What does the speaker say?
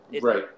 Right